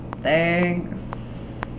thanks